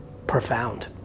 profound